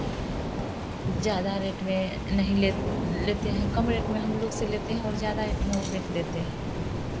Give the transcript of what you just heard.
ज़्यादा रेट में नहीं ले लेते हैं कम रेट में हम लोग से लेते हैं और ज़्यादा रेट में वे बेच देते हैं